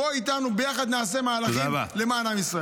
בוא איתנו, ביחד נעשה מהלכים למען עם ישראל.